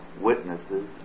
witnesses